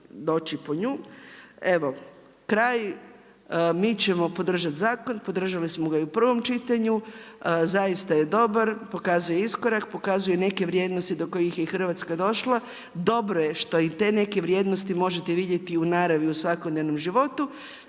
doći po nju. Evo kraj, mi ćemo podržati zakon, podržali smo ga i u prvom čitanju, zaista je dobar, pokazuje iskorak, pokazuje neke vrijednosti do kojih je i Hrvatska došla. Dobro je što i te neke vrijednosti možete vidjeti u naravi u svakodnevnom životu,